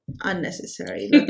unnecessary